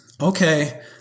okay